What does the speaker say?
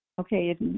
Okay